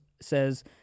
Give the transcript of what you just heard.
says